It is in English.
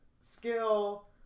Skill